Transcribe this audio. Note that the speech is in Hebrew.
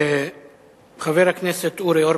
חבר הכנסת אורי אורבך,